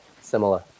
similar